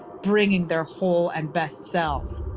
bringing their whole and best selves.